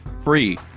free